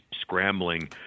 scrambling